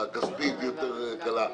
ההתנהלות הכספית היא יותר קלה.